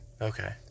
Okay